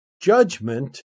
judgment